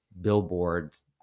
billboards